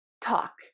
talk